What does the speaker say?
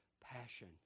passion